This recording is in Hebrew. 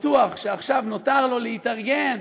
ובטוח שעכשיו נותר לו להתארגן